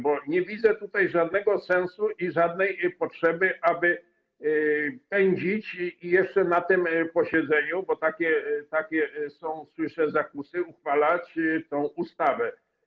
Bo nie widzę tutaj żadnego sensu i żadnej potrzeby, aby pędzić i jeszcze na tym posiedzeniu, bo takie są, jak słyszę, zakusy, uchwalać tę ustawę.